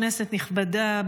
כנסת נכבדה,